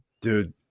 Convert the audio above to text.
Dude